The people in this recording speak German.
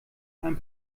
ein